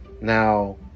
Now